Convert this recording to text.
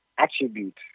attribute